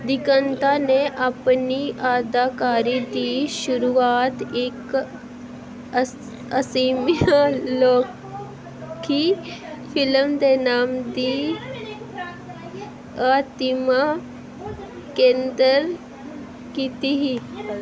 दिगंता ने अपनी अदाकारी दी शुरूआत इक असमिया लौह्की फिल्म दे नाम दी मतीमा केंद्र कीती ही